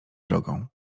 drogą